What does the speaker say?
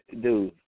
dude